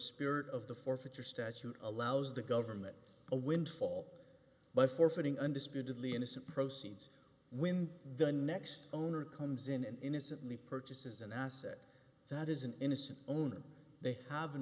spirit of the forfeiture statute allows the government a windfall by forfeiting undisputedly innocent proceeds when the next owner comes in and innocently purchases an asset that is an innocent owner they have an